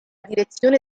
direzione